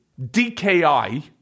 DKI